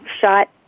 shot